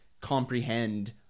Comprehend